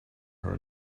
her